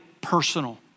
personal